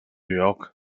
york